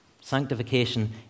Sanctification